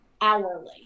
hourly